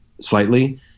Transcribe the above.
slightly